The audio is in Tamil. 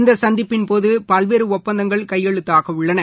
இந்தசந்திப்பின் போதுபல்வேறுடுப்பந்தங்கள் கையெழுத்தாகவுள்ளன